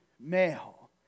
male